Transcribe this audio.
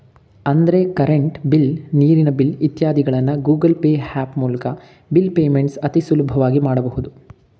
ಅಂದ್ರೆ current bill, ನೀರಿನ bill ಇತ್ಯಾದಿಗಳನ್ನ ಗೂಗಲ್ ಪೇ ಹ್ಯಾಪ್ ಮೂಲ್ಕ ಬಿಲ್ ಪೇಮೆಂಟ್ಸ್ ಅತಿ ಸುಲಭವಾಗಿ ಮಾಡಬಹುದು